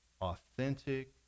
authentic